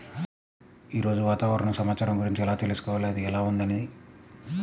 ఈరోజు వాతావరణ సమాచారం గురించి ఎలా తెలుసుకోవాలి అది ఎలా ఉంది అని?